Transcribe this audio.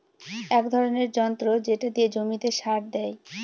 এক ধরনের যন্ত্র যেটা দিয়ে জমিতে সার দেয়